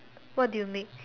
what do you make